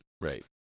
Right